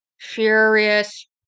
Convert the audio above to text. furious